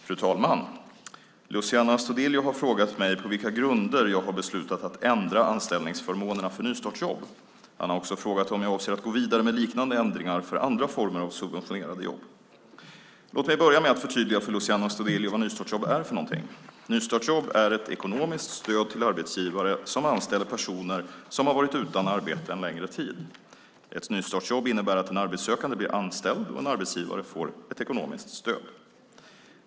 Fru talman! Luciano Astudillo har frågat mig på vilka grunder jag har beslutat att ändra anställningsförmånerna för nystartsjobb. Han har också frågat om jag avser att gå vidare med liknande ändringar för andra former av subventionerade jobb. Låt mig börja med att förtydliga för Luciano Astudillo vad nystartsjobb är för någonting. Nystartsjobb är ett ekonomiskt stöd till arbetsgivare som anställer personer som har varit utan arbete en längre tid. Ett nystartsjobb innebär att en arbetssökande blir anställd och en arbetsgivare får ett ekonomiskt stöd.